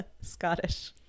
scottish